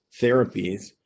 therapies